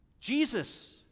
Jesus